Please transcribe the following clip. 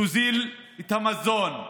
תוזיל את המזון,